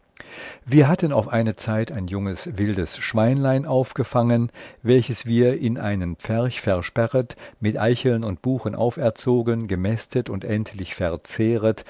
wir hatten auf eine zeit ein junges wildes schweinlein aufgefangen welches wir in einen pferch versperret mit eicheln und buchen auferzogen gemästet und endlich